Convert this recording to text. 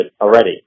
already